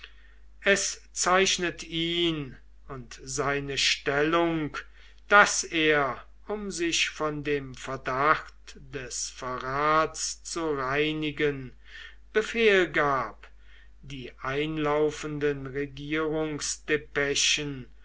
es zeichnet ihn und seine stellung daß er um sich von dem verdacht des verrats zu reinigen befehl gab die einlaufenden